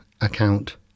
account